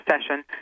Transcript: session